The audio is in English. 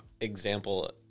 example